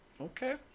Okay